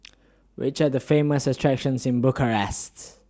Which Are The Famous attractions in Bucharest